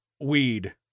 weed